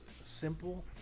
simple